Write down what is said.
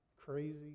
crazy